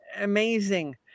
amazing